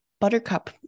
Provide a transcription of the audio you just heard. buttercup